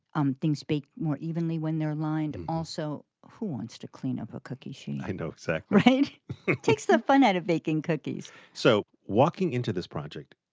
um things bake more evenly when they're lined. also, who wants to clean up a cookie sheet, and so right? exactly it takes the fun out of baking cookies so walking into this project,